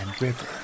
River